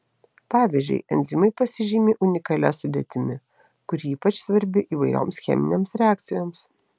pavyzdžiui enzimai pasižymi unikalia sudėtimi kuri ypač svarbi įvairioms cheminėms reakcijoms